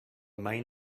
main